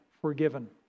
forgiven